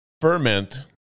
ferment